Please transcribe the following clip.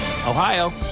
Ohio